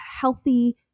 healthy